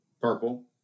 Purple